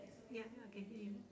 ya can hear you